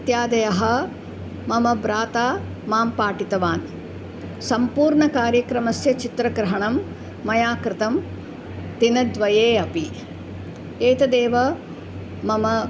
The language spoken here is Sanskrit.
इत्यादयः मम भ्राता माम् पाठितवान् सम्पूर्णकार्यक्रमस्य चित्रग्रहणं मया कृतं दिनद्वये अपि एतदेव मम